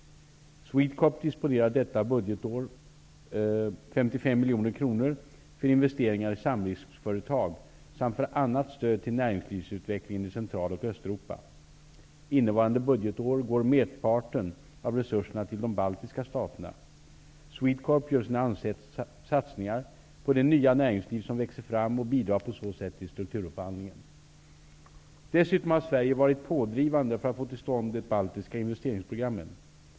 SwedeCorp disponerar detta budgetår 55 miljoner kronor för investeringar i samriskföretag samt för annat stöd till näringslivsutvecklingen i Centraloch Östeuropa. Innevarande budgetår går merparten av resurserna till de baltiska staterna. SwedeCorp gör sina satsningar på det nya näringsliv som växer fram och bidrar på så sätt till strukturomvandlingen. Dessutom har Sverige varit pådrivande för att få till stånd det baltiska investeringsprogrammet.